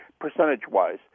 percentage-wise